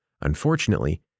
Unfortunately